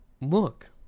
look